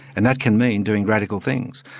and that can mean doing radical things,